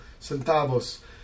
centavos